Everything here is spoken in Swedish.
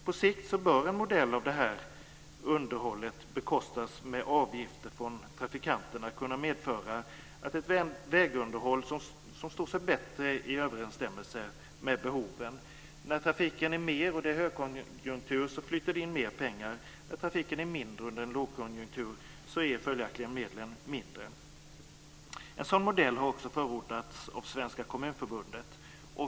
På sikt bör en modell där underhållet bekostas med avgifter från trafikanterna kunna medföra ett vägunderhåll som står i bättre överensstämmelse med behoven. När trafiken är större och det är högkonjunktur flyter det in mer pengar. När trafiken är mindre under en lågkonjunktur är följaktligen medlen mindre. En sådan modell har också förordats av Svenska kommunförbundet.